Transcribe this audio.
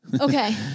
Okay